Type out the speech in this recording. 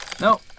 No